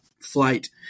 Flight